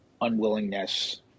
unwillingness